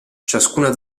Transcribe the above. ciascuna